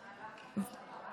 " אני מקשיב.